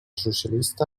socialista